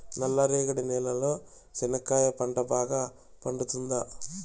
నల్ల రేగడి నేలలో చెనక్కాయ పంట బాగా పండుతుందా?